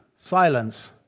silence